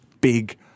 big